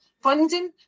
funding